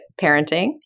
Parenting